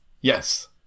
Yes